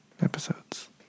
episodes